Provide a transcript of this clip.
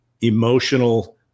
emotional